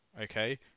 Okay